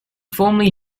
formerly